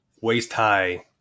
waist-high